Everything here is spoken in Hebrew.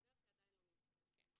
יצאה לדרך, היא עדיין לא מיושמת.